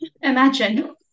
imagine